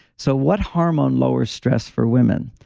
so, what hormone lowers stress for women?